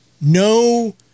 no